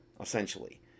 essentially